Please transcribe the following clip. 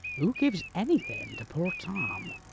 who gives anything to poor tom?